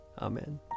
Amen